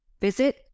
Visit